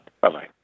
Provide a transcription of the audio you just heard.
Bye-bye